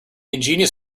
ingenious